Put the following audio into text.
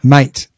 Mate